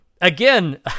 again